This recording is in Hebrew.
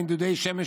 בין דודי שמש,